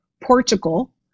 Portugal